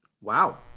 Wow